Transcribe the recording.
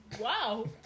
Wow